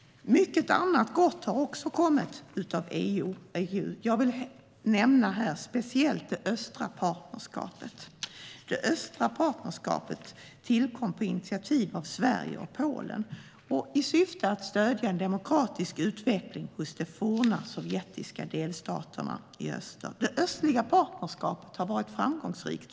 Mycket annat gott har också kommit genom EU. Jag vill här speciellt nämna det östliga partnerskapet, som tillkom på initiativ av Sverige och Polen i syfte att stödja en demokratisk utveckling i de forna sovjetiska delstaterna i öster. Det östliga partnerskapet har så här långt varit framgångsrikt.